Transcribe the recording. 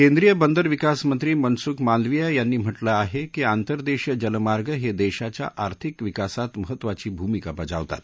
केंद्रिय बंदर विकास मंत्री मनसुख मांदवीया यांनी म्हटलं आहे की आंतरदेशीय जलमार्ग हे देशाच्या आर्थिक विकासात महत्त्वाची भूमिका बजावतात